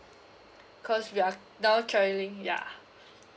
cause we're now trying ya